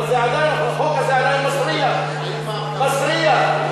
אבל החוק הזה עדיין מסריח, מסריח,